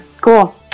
Cool